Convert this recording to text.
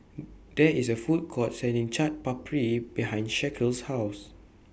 There IS A Food Court Selling Chaat Papri behind Shaquille's House